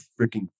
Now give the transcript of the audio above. freaking